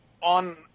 on